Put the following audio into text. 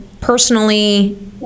personally